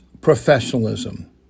professionalism